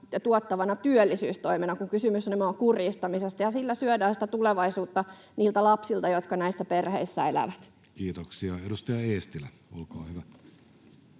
tuottavana työllisyystoimena, kun kysymyshän nimenomaan on kurjistamisesta ja sillä syödään sitä tulevaisuutta niiltä lapsilta, jotka näissä perheissä elävät. Kiitoksia. — Edustaja Eestilä, olkaa hyvä.